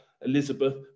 Elizabeth